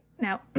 Now